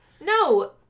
No